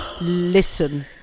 Listen